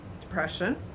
depression